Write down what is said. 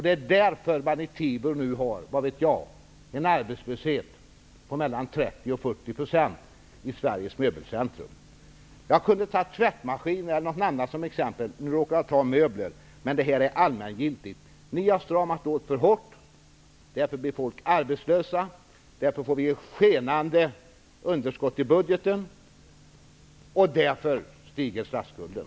Det är därför som man i Sveriges möbelcentrum Tibro har en arbetslöshet på mellan 30 % och 40 %. Jag hade kunnat ta upp tvättmaskiner eller någonting annat som exempel. Nu råkade jag ta möbler, men detta är allmängiltigt. Ni har stramat åt för hårt. Därför blir människor arbetslösa, därför skenar underskottet i budgeten och därför stiger statsskulden.